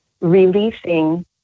releasing